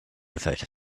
without